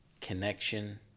connection